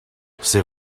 c’est